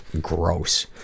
gross